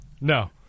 No